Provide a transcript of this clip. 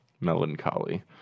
melancholy